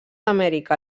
amèrica